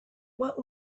what